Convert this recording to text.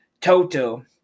Toto